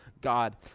God